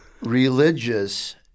Religious